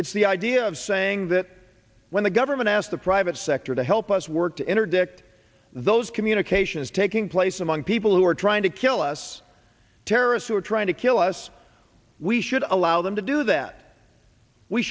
it's the idea of saying that when the government asked the private sector to help us work to interdict those communications taking place among people who are trying to kill us terrorists who are trying to kill us we should allow them to do that we